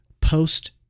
post